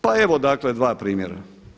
Pa evo dakle dva primjera.